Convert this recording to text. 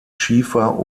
schiefer